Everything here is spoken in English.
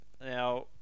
Now